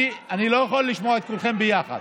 אני לא יכול לשמוע את כולכם ביחד.